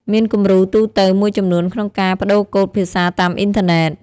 មានគំរូទូទៅមួយចំនួនក្នុងការប្តូរកូដភាសាតាមអ៊ីនធឺណិត។